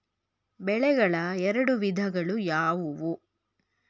ಬೆಳೆಗಳ ಎರಡು ವಿಧಗಳು ಯಾವುವು?